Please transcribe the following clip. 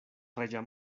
reĝa